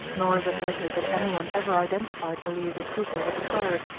nor is it likely that anyone ever identified eleazer cooper with the pirate,